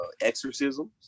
exorcisms